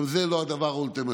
גם זה לא הדבר האולטימטיבי,